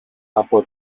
από